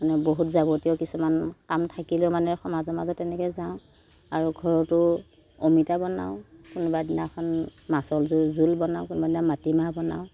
বহুত যাৱতীয় কিছুমান কাম ধাকিলেও মানে সমাজৰ মাজত তেনেকৈ যাওঁ আৰু ঘৰতো অমিতা বনাওঁ কোনোবা দিনাখন মাছৰ জোল বনাওঁ কোনোবা দিনা মাটিমাহ বনাওঁ